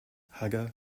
haga